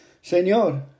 Señor